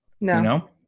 No